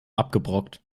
abgebrockt